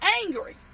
angry